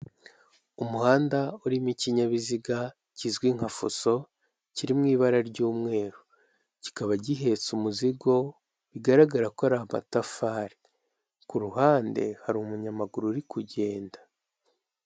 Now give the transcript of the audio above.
Umuhanda urimo ikinyabiziga kizwi nka fuso kiri mu ibara ry'umweru. Kikaba gihetse umuzingo bigaragara ko ari amatafari. Ku ruhande hari umunyamaguru uri kugenda.